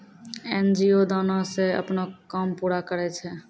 NGO दानो से अपनो काम पूरा करै छै